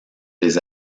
des